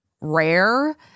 rare